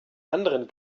anderen